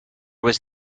was